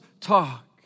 talk